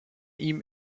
ihm